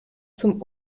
zum